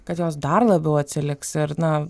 kad jos dar labiau atsiliks ir na